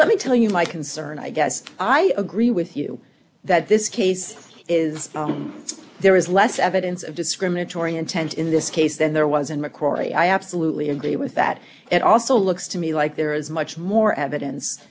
let me tell you my concern i guess i agree with you that this case is there is less evidence of discriminatory intent in this case than there was in mccrory i absolutely agree with that and also looks to me like there is much more evidence